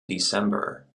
december